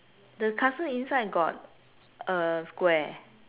the castle inside got a square